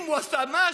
אם הוא עשה משהו,